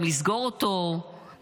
גם לסגור אותו,